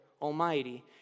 Almighty